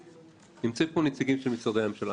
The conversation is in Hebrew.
נמצאים פה נציגים של משרדי הממשלה,